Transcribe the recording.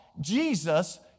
Jesus